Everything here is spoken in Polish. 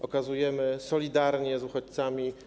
Okazujemy solidarność z uchodźcami.